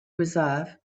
reserve